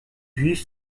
juifs